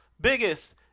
biggest